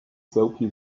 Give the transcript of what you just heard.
soapy